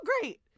great